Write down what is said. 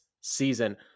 season